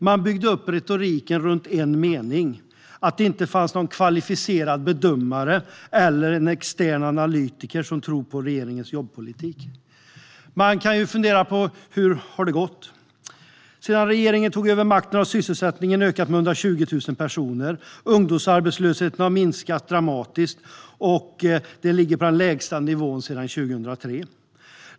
Man byggde upp retoriken runt en mening, att det inte fanns någon kvalificerad bedömare eller extern analytiker som trodde på regeringens jobbpolitik. Man kan fundera på hur det har gått. Sedan regeringen tog över makten har antalet sysselsatta ökat med 120 000 personer. Ungdomsarbetslösheten har minskat dramatiskt och ligger nu på den lägsta nivån sedan 2003.